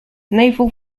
naval